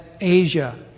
Asia